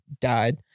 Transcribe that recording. died